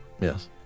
Yes